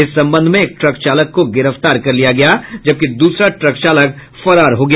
इस संबंध में एक ट्रक चालक को गिरफ्तार किया गया जबकि दूसरा ट्रक चालक फरार हो गया